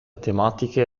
tematiche